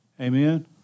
Amen